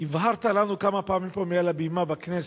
הבהרת לנו כמה פעמים פה, מעל הבימה בכנסת,